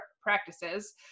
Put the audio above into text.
practices